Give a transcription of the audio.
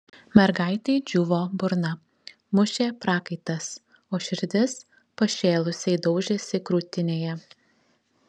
mergaitei džiūvo burna mušė prakaitas o širdis pašėlusiai daužėsi krūtinėje